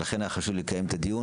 לכן היה לי חשוב לקיים את הדיון.